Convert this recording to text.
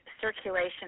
circulation